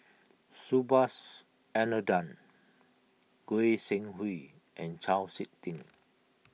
Subhas Anandan Goi Seng Hui and Chau Sik Ting